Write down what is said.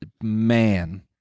man